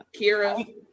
Kira